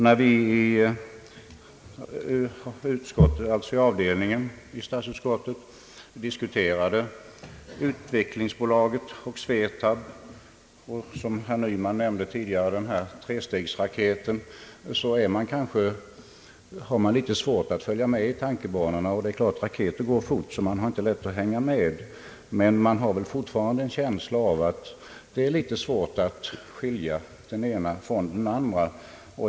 När vi i avdelningen i statsutskottet diskuterade = utvecklingsbolaget och SVETAB och, som herr Nyman tidigare nämnde, trestegsraketen hade man litet svårt att följa med i tankebanorna. Det är klart att raketer går fort, så man har inte lätt att hänga med, men man har fortfarande en känsla av att det är litet svårt att skilja den ena från den andra.